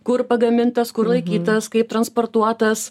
kur pagamintas kur laikytas kaip transportuotas